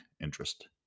interest